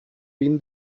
been